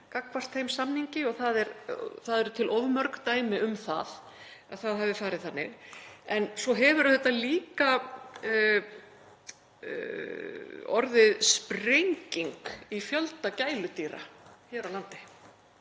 gagnvart þeim samningi og það eru til of mörg dæmi um að það hafi farið þannig. Svo hefur líka orðið sprenging í fjölda gæludýra hér á landi